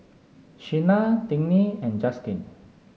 Sheena Tiney and Justyn